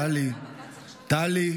טלי,